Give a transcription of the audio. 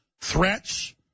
threats